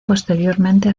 posteriormente